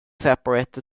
separates